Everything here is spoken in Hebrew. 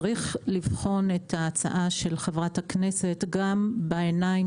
צריך לבחון את ההצעה של חברת הכנסת גם בעיניים